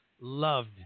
loved